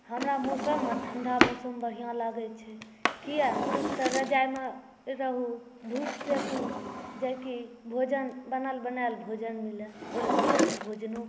हमरा मौसममे ठंढा मौसम बढ़िआँ लागै छै किया तऽ रज़ाइमे रहूँ धूप सेकू जे की भोजन बनल बनायल भोजन मिलत ओहि समयमे भोजनो